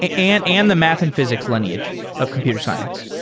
ah and and the math and physics lineage of computer science.